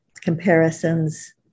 comparisons